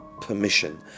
permission